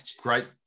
Great